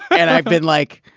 and i've been like,